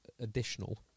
additional